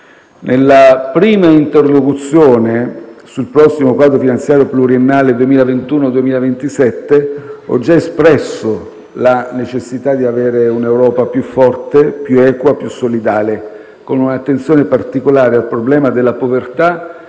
Nella prima interlocuzione sul prossimo quadro finanziario pluriennale 2021-2027, ho già espresso la necessità di avere un'Europa più forte, più equa e più solidale, con un'attenzione particolare al problema della povertà